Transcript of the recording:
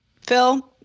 Phil